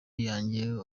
yanjye